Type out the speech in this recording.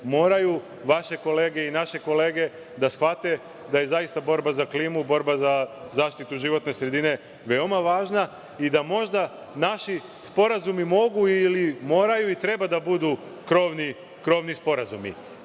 Moraju vaše kolege i naše kolege da shvate da je zaista borba za klimu, borba za zaštitu životne sredine veoma važna, i da možda naši sporazumu mogu ili moraju i treba da budu krovni sporazumi. Naša